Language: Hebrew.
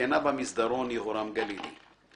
"הזקנה במסדרון", יהורם גלילי.